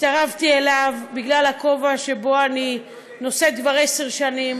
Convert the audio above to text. הצטרפתי אליו בגלל הכובע שבו אני נושאת כבר עשר שנים,